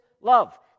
love